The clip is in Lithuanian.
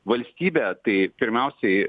valstybę tai pirmiausiai